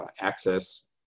access